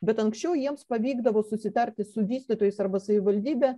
bet anksčiau jiems pavykdavo susitarti su vystytojais arba savivaldybe